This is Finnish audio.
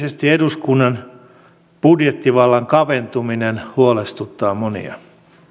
erityisesti eduskunnan budjettivallan kaventuminen huolestuttaa monia